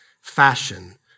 fashion